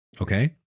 Okay